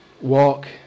walk